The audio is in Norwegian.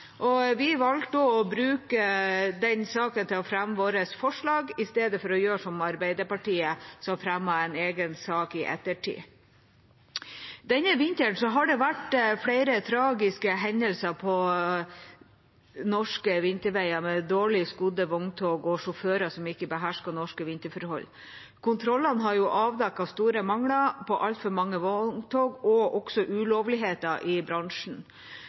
ute. Vi valgte å bruke denne saken til å fremme våre forslag i stedet for å gjøre som Arbeiderpartiet, som fremmet en egen sak i ettertid. Denne vinteren har det vært flere tragiske hendelser på norske vinterveier, med dårlig skodde vogntog og sjåfører som ikke behersker norske vinterforhold. Kontrollene har avdekket store mangler på altfor mange vogntog og også ulovligheter i bransjen.